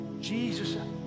Jesus